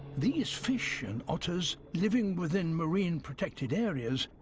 these fish and otters, living within marine protected areas,